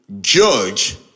judge